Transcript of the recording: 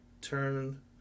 turn